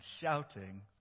shouting